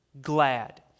glad